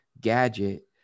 gadget